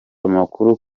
amakuru